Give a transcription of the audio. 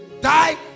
die